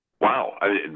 Wow